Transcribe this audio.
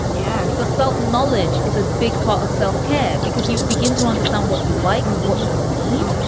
yeah. so self-knowledge is a big part of self care because you begin to understand what you like, what you need.